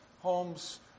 homes